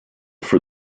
for